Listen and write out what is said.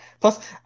plus